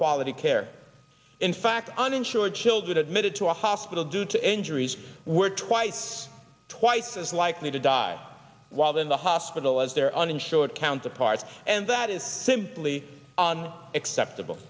quality care in fact uninsured children admitted to a hospital due to injuries were twice twice as likely to die while than the hospital as their uninsured counterparts and that is simply on acceptable